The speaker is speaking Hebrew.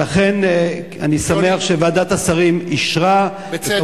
ולכן אני שמח שוועדת השרים אישרה, בצדק.